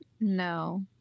No